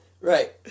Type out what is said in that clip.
Right